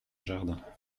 jardin